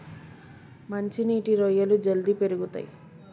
మంచి నీటి రొయ్యలు జల్దీ పెరుగుతయ్